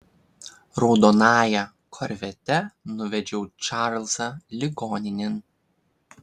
raudonąja korvete nuvežiau čarlzą ligoninėn